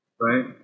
Right